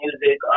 music